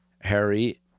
Harry